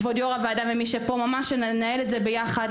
כבוד יושב-ראש הוועדה ומי שפה שממש ננהל את זה ביחד.